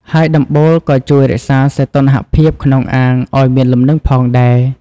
ហើយដំបូលក៏ជួយរក្សាសីតុណ្ហភាពក្នុងអាងឲ្យមានលំនឹងផងដែរ។